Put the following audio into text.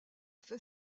fait